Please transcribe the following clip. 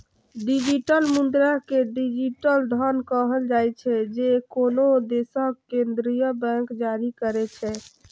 digital मुद्रा कें digital धन कहल जाइ छै, जे कोनो देशक केंद्रीय बैंक जारी करै छै